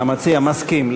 המציע מסכים.